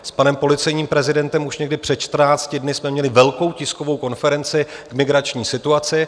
S panem policejním prezidentem už někdy před čtrnácti dny jsme měli velkou tiskovou konferenci k migrační situaci.